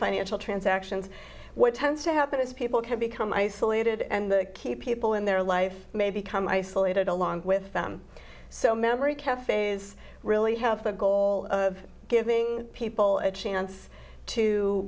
financial transactions what tends to happen is people can become isolated and keep people in their life may become isolated along with them so memory cafes really have the goal of giving people a chance to